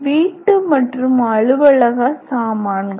வீட்டு மற்றும் அலுவலக சாமான்கள்